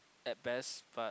at best but